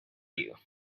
you